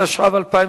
התשע"ב 2012,